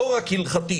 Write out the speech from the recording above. לא רק הלכתי,